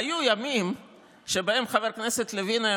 היו ימים שבהם חבר הכנסת לוין היה